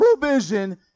provision